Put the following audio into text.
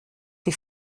wie